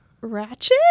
ratchet